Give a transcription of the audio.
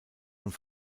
und